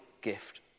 gift